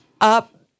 Up